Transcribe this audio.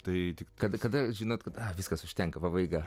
tai tik kada kada žinot kada viskas užtenka pabaiga